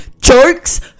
Jokes